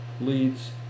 leads